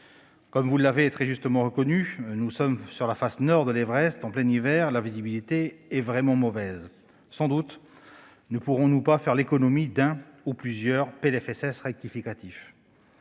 solidarités et de la santé :« Nous sommes sur la face nord de l'Everest en plein hiver. La visibilité est vraiment mauvaise ». Sans doute, ne pourrons-nous pas faire l'économie d'un ou de plusieurs PLFSS rectificatifs.